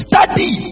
Study